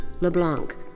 LeBlanc